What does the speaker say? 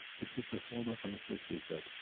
he picked the phone up, and he said, she's dead.